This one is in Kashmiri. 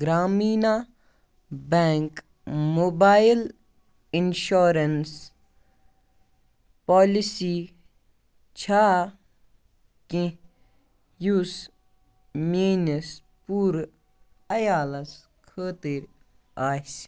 Grameena bank mobile insurance policy چھےٚ کیٚنٛہہ یُس میٛٲنِس پوٗرٕ عیالَس خٲطرٕ آسہِ